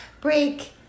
break